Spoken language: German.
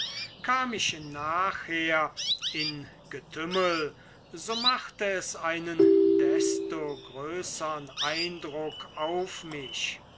kam ich nachher in getümmel so machte es einen desto größern eindruck auf mich